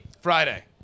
Friday